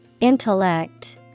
Intellect